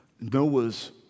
Noah's